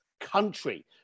country